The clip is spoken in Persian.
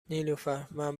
نیلوفرمن